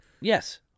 Yes